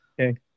Okay